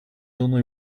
only